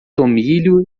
tomilho